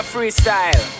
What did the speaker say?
Freestyle